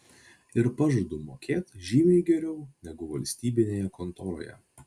ir pažadu mokėt žymiai geriau negu valstybinėje kontoroje